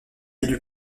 élu